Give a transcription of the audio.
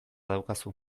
daukazu